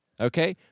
okay